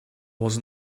was